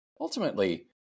ultimately